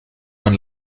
man